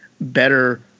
better